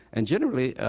and generally,